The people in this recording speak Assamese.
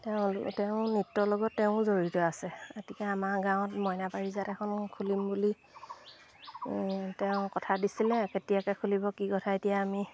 তেওঁ তেওঁ নৃত্যৰ লগত তেওঁ জড়িত আছে গতিকে আমাৰ গাঁৱত মইনা পাৰিজাত এখন খুলিম বুলি তেওঁ কথা দিছিলে কেতিয়াকৈ খুলিব কি কথা এতিয়া আমি